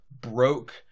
broke